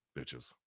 Bitches